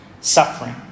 suffering